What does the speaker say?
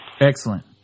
Excellent